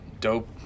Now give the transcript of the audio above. dope